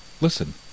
Listen